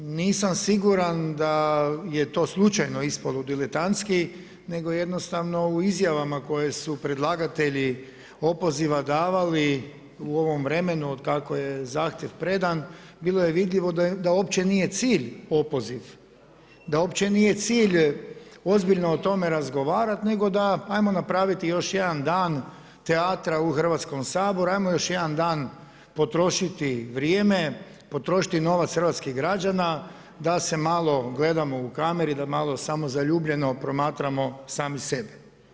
Nisam siguran da je to slučajno ispalo diletantski nego jednostavno u izjavama koje su predlagatelji opoziva davali u ovom vremenu otkako je zahtjev predan, bilo je vidljivo da uopće nije cilj opoziv, da uopće nije cilj ozbiljno o tome razgovarati nego da ajmo napraviti još jedan dan teatra u Hrvatskom saboru, ajmo još jedan dan potrošiti vrijeme, potrošiti novac hrvatskih građana da se malo gledamo u kameri, da malo samozaljubljeno promatramo sami sebe.